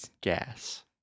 Gas